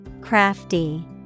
Crafty